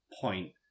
point